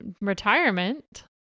retirement